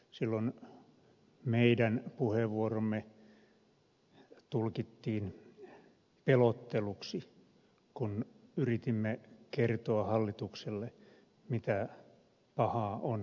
silloin meidän puheenvuoromme tulkittiin pelotteluksi kun yritimme kertoa hallitukselle mitä pahaa on edessä